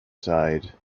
side